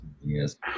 yes